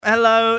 Hello